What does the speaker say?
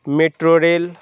metro rail